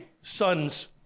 sons